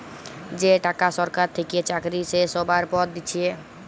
যে টাকা সরকার থেকে চাকরি শেষ হ্যবার পর দিচ্ছে